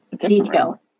detail